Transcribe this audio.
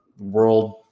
world